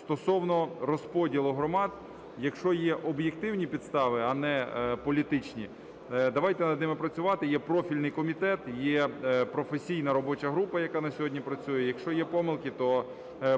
Стосовно розподілу громад. Якщо є об'єктивні підстави, а не політичні, давайте над ними працювати. Є профільний комітет, є професійна робоча група, яка на сьогодні працює. Якщо є помилки, то